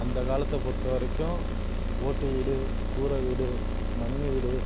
அந்த காலத்தை பொறுத்த வரைக்கும் ஓட்டு வீடு கூரை வீடு மண் வீடு